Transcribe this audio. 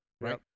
right